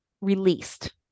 released